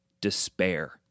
despair